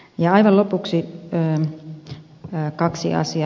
aivan lopuksi kaksi asiaa